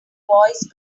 voice